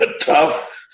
tough